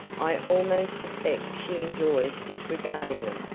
i almost suspect she enjoys disregarding them.